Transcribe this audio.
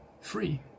free